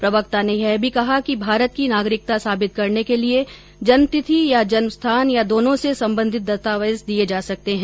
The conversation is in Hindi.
प्रवक्ता ने यह भी कहा कि भारत की नागरिकता साबित करने के लिए जन्म तिथि या जन्म स्थान या दोनों से संबंधित दस्तावेज दिए जा सकते हैं